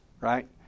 right